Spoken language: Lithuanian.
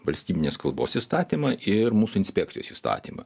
valstybinės kalbos įstatymą ir mūsų inspekcijos įstatymą